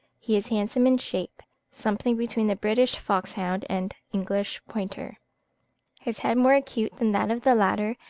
he is handsome in shape, something between the british foxhound and english pointer his head more acute than that of the latter,